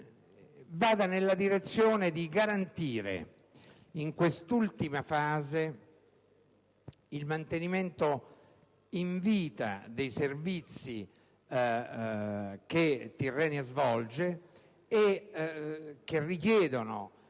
vada nella direzione di garantire in quest'ultima fase il mantenimento in vita dei servizi che Tirrenia svolge e che richiedono